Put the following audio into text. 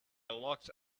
locked